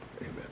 Amen